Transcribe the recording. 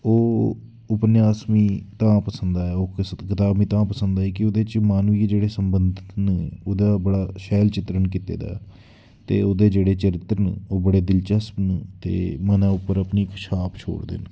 ओह् उपन्यास मीं तां पसंद आया ओह् कसत कताब मीं तां पसंद आई कि ओह्दे च माह्नू गी जेह्ड़े संबंधत न ओह्दा बड़ा शैल चित्रण कीते दा ऐ ते ओह्दे जेह्ड़े चरित्र न ओह् बड़े दिलचस्प न ते मनै उप्पर अपनी छाप छोड़दे न